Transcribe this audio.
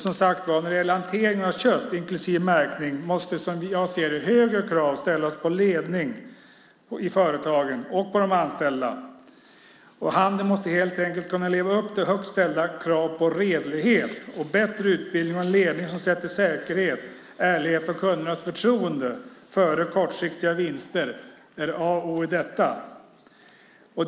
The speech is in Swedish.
När det gäller hanteringen av kött, inklusive märkning, måste högre krav ställas på ledningen i företagen och på de anställda. Handeln måste helt enkelt leva upp till högt ställda krav på redlighet. Bättre utbildning och en ledning som sätter säkerhet, ärlighet och kundernas förtroende före kortsiktiga vinster är A och O i detta.